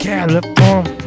California